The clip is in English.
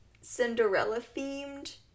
Cinderella-themed